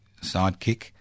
sidekick